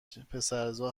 پسرزا